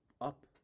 up